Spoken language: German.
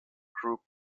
group